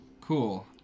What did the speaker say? Cool